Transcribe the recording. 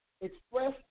express